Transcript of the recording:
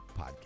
podcast